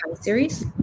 series